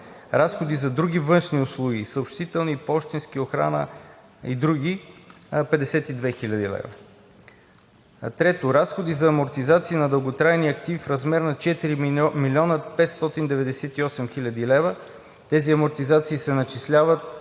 разходи за други външни услуги – съобщителни, пощенски, охрана, и други – 52 хил. лв. Трето. Разходи за амортизации на дълготрайни активи в размер на 4 млн. 598 хил. лв. Тези амортизации се начисляват